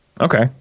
Okay